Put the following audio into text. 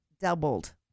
Doubled